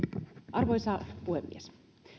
arvoisa puhemies